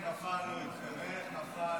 איך נפלנו איתכם, איך?